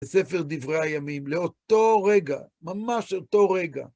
בספר דברי הימים, לאותו רגע, ממש אותו רגע.